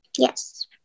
Yes